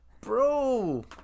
bro